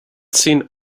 seen